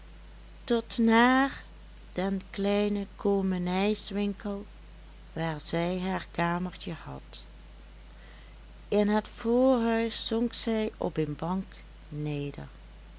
tot naar den kleinen koomenijswinkel waar zij haar kamertje had in het voorhuis zonk zij op een bank neder